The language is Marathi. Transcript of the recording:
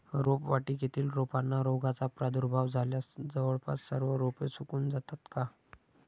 रोपवाटिकेतील रोपांना रोगाचा प्रादुर्भाव झाल्यास जवळपास सर्व रोपे सुकून जातात का?